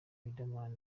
riderman